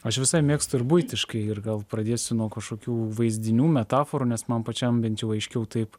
aš visai mėgstu ir buitiškai ir gal pradėsiu nuo kažkokių vaizdinių metaforų nes man pačiam bent jau aiškiau taip